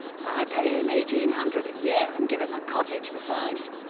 i pay him eighteen hundred a year and give him a cottage besides.